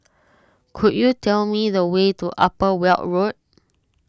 could you tell me the way to Upper Weld Road